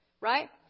right